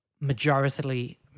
majority